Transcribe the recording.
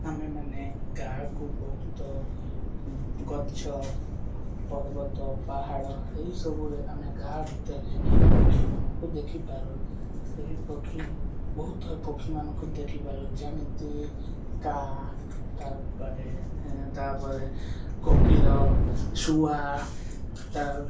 ଆମେମାନେ ଗାଁ'କୁ ବହୁତ ଗଛ ପର୍ବତ ପାହାଡ଼ ଏହିସବୁରେ ଆମେ ଗାଁ ଭିତରେ ପକ୍ଷୀମାନଙ୍କୁ ଦେଖିପାରୁ ସେହି ପକ୍ଷୀ ବହୁତ ଥର ପକ୍ଷୀମାନଙ୍କୁ ଦେଖିପାରୁ ଯେମିତି କାଉ ତା'ପରେ ତା'ପରେ କୋକିଲ ଶୁଆ ତା